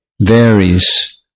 varies